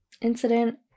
incident